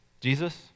Jesus